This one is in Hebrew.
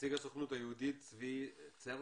נציג הסוכנות היהודית, צבי צרנר.